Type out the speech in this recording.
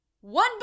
One